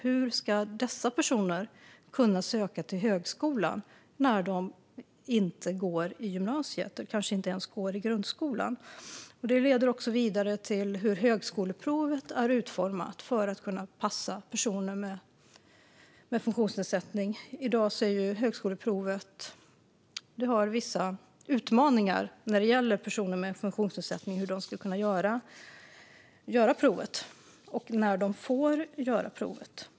Hur ska dessa personer kunna söka till högskolan när de inte går i gymnasiet? De kanske inte ens går i grundskolan. Detta leder vidare till hur högskoleprovet är utformat för att passa personer med funktionsnedsättning. Det finns vissa utmaningar med högskoleprovet när det gäller hur personer med funktionsnedsättning ska kunna göra det och när de får göra det.